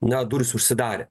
na durys užsidarė